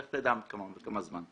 לך תדע כמה זמן.